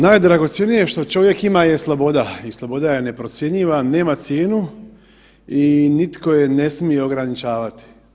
Najdragocjenije što čovjek ima je sloboda i sloboda je neprocjenjiva, nema cijenu i nitko je ne smije ograničavati.